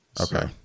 okay